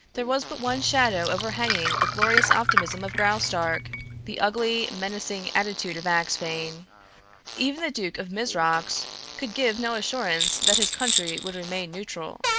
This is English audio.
there was but one shadow overhanging the glorious optimism of graustark the ugly, menacing attitude of axphain. even the duke of mizrox could give no assurance that his country would remain neutral.